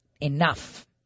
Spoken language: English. Enough